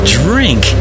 drink